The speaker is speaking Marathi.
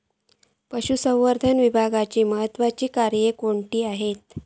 पशुसंवर्धन विभागाची महत्त्वाची कार्या कसली आसत?